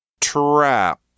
Trap